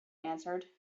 answered